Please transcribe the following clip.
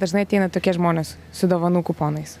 dažnai ateina tokie žmonės su dovanų kuponais